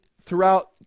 throughout